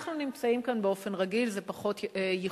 אנחנו נמצאים כאן באופן רגיל, זה פחות ייחודי,